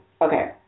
Okay